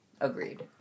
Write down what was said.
Agreed